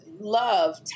love